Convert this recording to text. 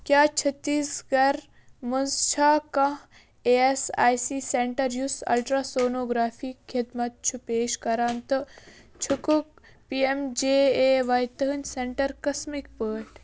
کیٛاہ چٔھتیٖس گر مَنٛز چھا کانٛہہ ایس آئی سی سینٛٹر یُس الٹرٛا سونوگرٛافی خٔدمت چھُ پیش کَران تہٕ چھُکھٕ P M J A Y تِہٕنٛدِ سینٛٹر قٕسمٕکۍ پٲٹھۍ